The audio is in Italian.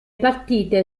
partite